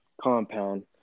compound